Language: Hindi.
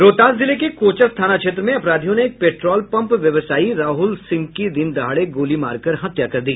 रोहतास जिले के कोचस थाना क्षेत्र में अपराधियों ने एक पेट्रोल पंप व्यवसायी राहुल सिंह की दिनदहाड़े गोली मारकर हत्या कर दी